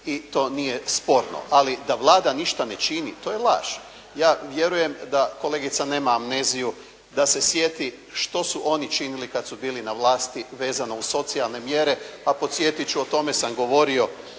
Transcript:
i to nije sporno, ali da Vlada ništa ne čini, to je laž. Ja vjerujem da kolegica nema amneziju da se sjeti što su oni činili kada su bili na vlasti vezano uz socijalno mjere, a podsjetiti ću o tome sam govorio